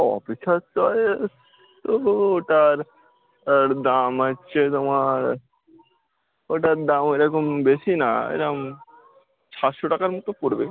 officer choice তবু ওটার আর দাম আছে তোমার ওটার দাম ওই রকম বেশি না এরকম সাতশো টাকার মতো পড়বে